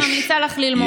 אני ממליצה לך ללמוד אותו.